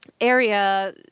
area